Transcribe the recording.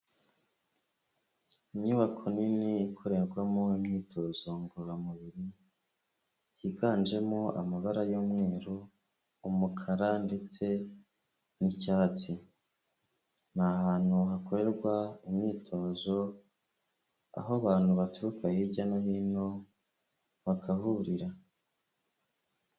Inyubako nini ikorerwamo imyitozo ngororamubiri, higanjemo amabara y'umweru, umukara, ndetse n'icyatsi, ni ahantu hakorerwa imyitozo, aho abantu baturuka hirya no hino, bagahurira.